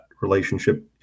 relationship